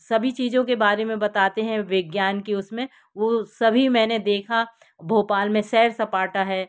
सभी चीज़ों के बारे में बताते हैं विज्ञान की उसमें वह सभी मैंने देखा भोपाल में सैर सपाटा है